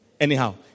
anyhow